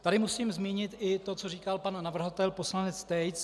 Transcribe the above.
Tady musím zmínit i to, co říkal pan navrhovatel poslanec Tejc.